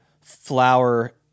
flower